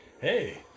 hey